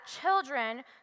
children